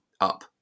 up